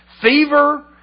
fever